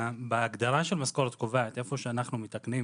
בהגדרה של משכורת קובעת באזור שאנחנו מתקנים